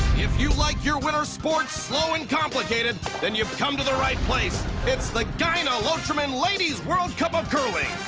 if you like your winter sports slow and complicated, then you've come to the right place! it's the gyne-lotrimin ladies world cup of curling!